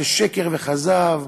זה שקר וכזב.